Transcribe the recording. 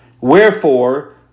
Wherefore